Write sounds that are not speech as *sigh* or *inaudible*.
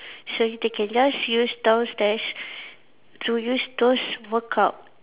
so they can just use downstairs *breath* to use those workout